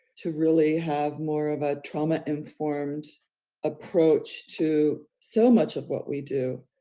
to really have more of a trauma informed approach to so much of what we do.